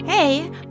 Hey